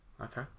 okay